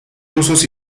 rusos